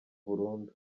burundu